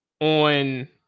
on